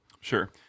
Sure